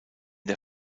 der